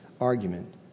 argument